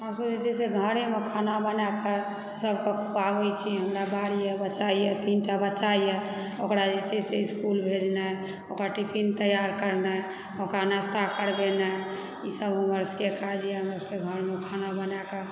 अपना सब जे छै से घरेमे खाना बनाकऽ सबकेँ खुआबै छियै हमरा बाल यऽ बच्चा यऽ तीनटा बच्चा यऽ ओकरा जे छै से इसकुल भेजनाइ ओकर टिफिन तैयार करनाए ओकरा नास्ता करबेनाइ ई सब हमर सबकेँ काज यऽ हमरा सबकेँ घरमे खाना बनाकऽ